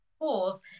tools